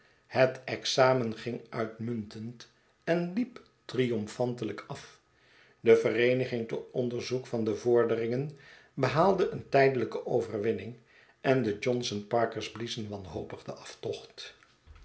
het examen ging uitmuntend en liep triomfantelijk af de vereeniging tot onderzoek van de vorderingen behaalde een tijdelijke over winning en de johnson parkers biiezen wanhopig den aftocht